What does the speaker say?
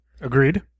Agreed